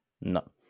no